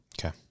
Okay